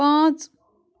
پانٛژ